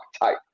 tight